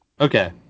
Okay